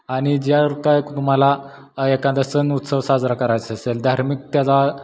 आनि ज्या र काय तुम्हाला एखादा सण उत्सव साजरा करायचं असेल धार्मिक त्याचा